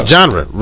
Genre